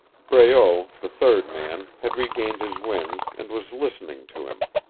breault, the third man, had regained his wind, and was listening to him.